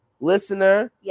listener